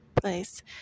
place